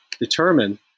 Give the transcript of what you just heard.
determine